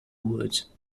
woods